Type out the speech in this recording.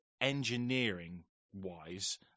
engineering-wise